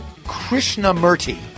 Krishnamurti